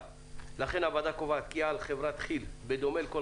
לכן הוועדה קובעת כי על חברת כי"ל בדומה לכל